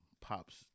Pops